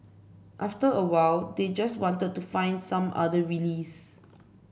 after a while they just want to find some other release